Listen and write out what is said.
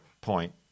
point